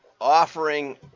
offering